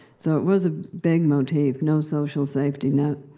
so it was a big motif no social safety net.